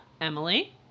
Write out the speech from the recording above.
Emily